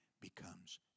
becomes